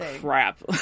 crap